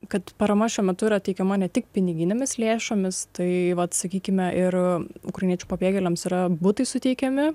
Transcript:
kad parama šiuo metu yra teikiama ne tik piniginėmis lėšomis tai vat sakykime ir kūriniai pabėgėliams yra butai suteikiami